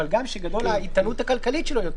אבל גם --- האיתנות הכלכלית שלו יותר